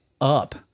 up